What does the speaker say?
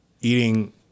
eating